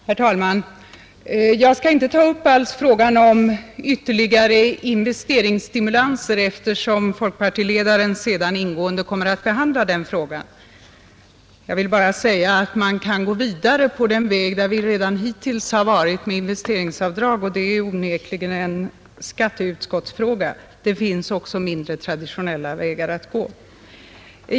Herr talman! Jag skall inte alls ta upp frågan om ytterligare investeringsstimulanser, eftersom folkpartiledaren senare ingående kommer att behandla den frågan. Jag vill bara säga att man kan gå vidare på den väg där vi redan hittills har varit med investeringsavdrag, och det är onekligen en skatteutskottsfråga. Det finns också mindre traditionella vägar att gå.